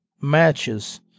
matches